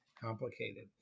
complicated